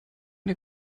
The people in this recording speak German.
der